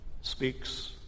speaks